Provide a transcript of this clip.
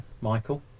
Michael